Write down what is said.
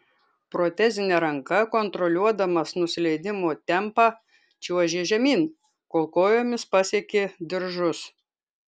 protezine ranka kontroliuodamas nusileidimo tempą čiuožė žemyn kol kojomis pasiekė diržus